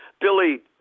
Billy